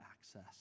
access